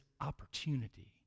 opportunity